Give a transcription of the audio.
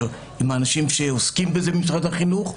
עם האנשים שעוסקים בזה עם משרד החינוך,